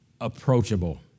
approachable